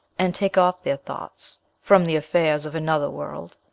and take off their thoughts from the affairs of another world.